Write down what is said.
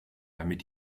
damit